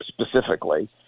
specifically